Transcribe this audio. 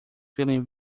feeling